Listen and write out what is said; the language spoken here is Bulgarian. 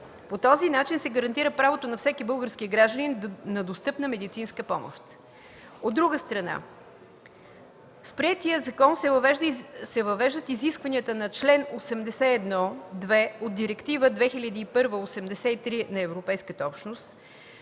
По този начин се гарантира правото на всеки български гражданин на достъпна медицинска помощ. От друга страна, с приетия закон се въвеждат изискванията на чл. 81 (2) от Директива 2001/83/ЕО, които